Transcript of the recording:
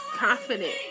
confident